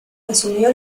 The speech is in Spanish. asumió